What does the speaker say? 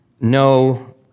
no